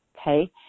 okay